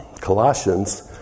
Colossians